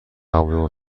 هواپیما